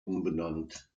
umbenannt